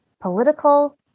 political